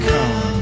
Come